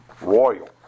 Royal